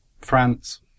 France